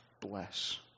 bless